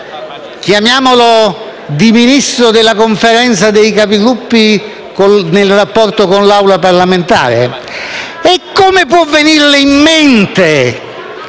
chiamiamolo di ministro della Conferenza dei Capigruppo nel rapporto con l'Assemblea parlamentare. Come può venirle in mente